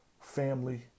family